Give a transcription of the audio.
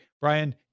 Brian